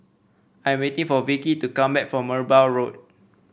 I am waiting for Vickey to come back from Merbau Road